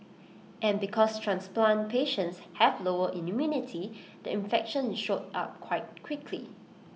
and because transplant patients have lower immunity the infection showed up quite quickly